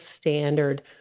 standard